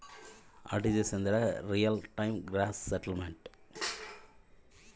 RTGS ಎಂದರೇನು?